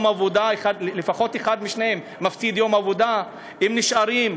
לפחות אחד משניהם מפסיד יום עבודה אם הם נשארים,